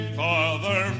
father